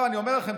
אני אומר לכם,